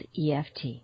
EFT